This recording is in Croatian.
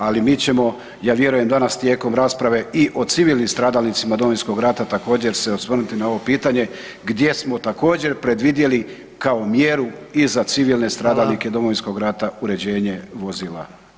Ali mi ćemo, ja vjerujem danas tijekom rasprave i o civilnim stradalnicima Domovinskog rata također se osvrnuti na ovo pitanje gdje smo također predvidjeli kao mjeru i za civilne stradalnike Domovinskog [[Upadica: Hvala.]] rata uređenje vozila.